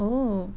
oh